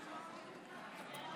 תוצאות